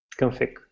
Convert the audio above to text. config